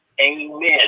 Amen